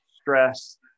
stress